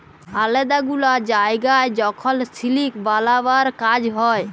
আলেদা গুলা জায়গায় যখল সিলিক বালাবার কাজ হ্যয়